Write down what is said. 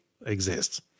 exists